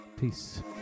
Peace